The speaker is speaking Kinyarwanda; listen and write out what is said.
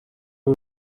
w’u